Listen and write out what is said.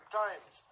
times